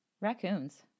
raccoons